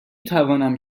توانم